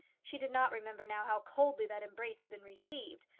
she did not remember now how coldly that embrace had been received,